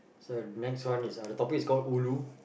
so next one is uh the topic is called ulu